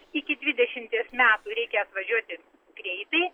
iki dvidešimies metų reikia važiuoti greitai